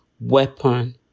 weapon